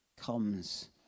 comes